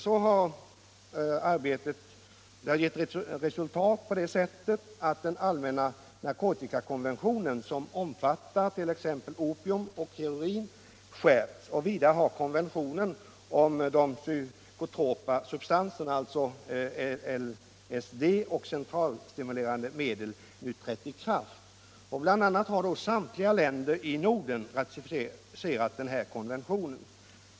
Så till vida har också det arbetet givit resultat som den allmänna narkotikakonventionen — omfattande t.ex. opium och heroin — har skärpts. Vidare har konventionen om de psykotropa substanserna, t.ex. LSD och centralstimulerande medel, nu trätt i kraft. Bl. a. har samtliga länder i Norden ratificerat konventionen.